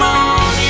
on